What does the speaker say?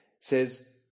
says